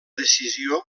decisió